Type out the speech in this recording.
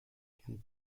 can